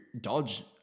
dodge